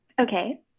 Okay